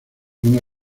una